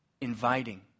inviting